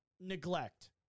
neglect